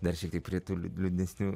dar sykį ritulį didesnio